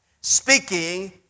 Speaking